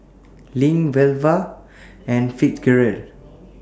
LINK Velva and Fitzgerald